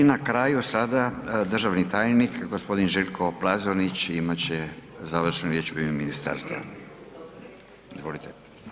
I na kraju sada državni tajnik g. Željko Plazonić imat će završnu riječ u ime ministarstva, izvolite.